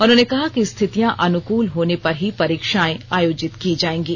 उन्होंने कहा कि स्थितियां अनुकूल होने पर ही परीक्षाएं आयोजित की जाएंगी